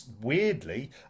Weirdly